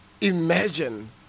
imagine